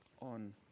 on